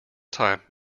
time